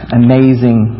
amazing